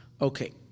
Okay